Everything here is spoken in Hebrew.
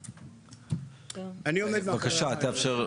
אני רק רוצה לדעת.